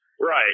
Right